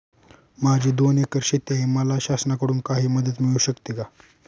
माझी दोन एकर शेती आहे, मला शासनाकडून काही मदत मिळू शकते का?